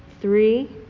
Three